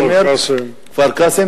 כפר-קאסם